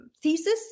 thesis